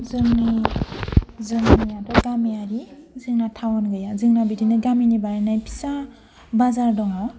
जोंनि जोंनियाथ' गामियारि जोंना टाउन गैया जोंना बिदिनो गामिनि बानायनाय फिसा बाजार दङ